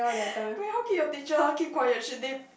wait how can your teacher keep quiet should did